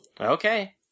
Okay